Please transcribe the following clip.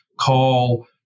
call